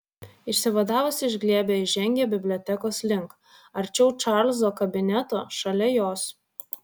išsivadavusi iš glėbio ji žengė bibliotekos link arčiau čarlzo kabineto šalia jos